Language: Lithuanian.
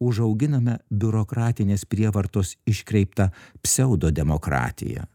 užauginame biurokratinės prievartos iškreiptą pseudodemokratiją